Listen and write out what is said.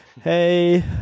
hey